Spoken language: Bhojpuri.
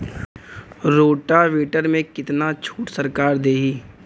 रोटावेटर में कितना छूट सरकार देही?